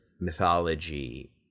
mythology